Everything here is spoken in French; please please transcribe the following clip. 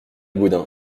boudin